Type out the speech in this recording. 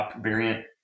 variant